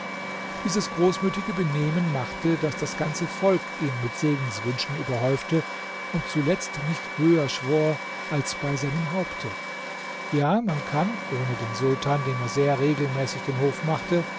dieses großmütige benehmen machte daß das ganze volk ihn mit segenswünschen überhäufte und zuletzt nicht höher schwor als bei seinem haupte ja man kann ohne den sultan dem er sehr regelmäßig den hof machte